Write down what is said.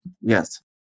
Yes